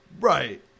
Right